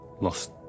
lost